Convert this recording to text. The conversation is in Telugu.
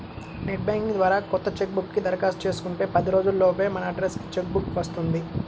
నెట్ బ్యాంకింగ్ ద్వారా కొత్త చెక్ బుక్ కి దరఖాస్తు చేసుకుంటే పది రోజుల లోపే మన అడ్రస్ కి చెక్ బుక్ వస్తుంది